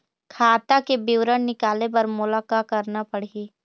खाता के विवरण निकाले बर मोला का करना पड़ही?